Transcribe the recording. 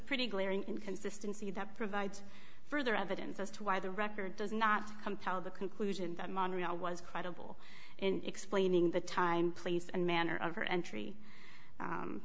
pretty glaring inconsistency that provides further evidence as to why the record does not compel the conclusion that monorail was credible in explaining the time place and manner of her entry